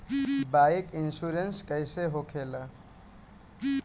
Bike insurance कैसे होखे ला?